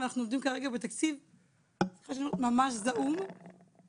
אנחנו עובדים כרגע בתקציב ממש זעום שיש לנו,